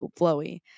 flowy